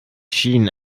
schienen